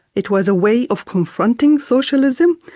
it was a way of confronting socialism,